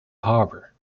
harbor